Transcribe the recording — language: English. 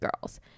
girls